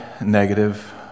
negative